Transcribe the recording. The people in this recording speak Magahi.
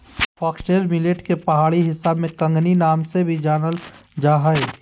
फॉक्सटेल मिलेट के पहाड़ी हिस्सा में कंगनी नाम से भी जानल जा हइ